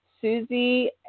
Susie